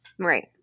Right